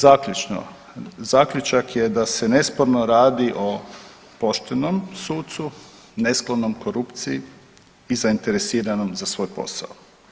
Zaključno, zaključak da se nesporno radi o poštenom sucu, nesklonom korupciji i zainteresiranom za svoj posao.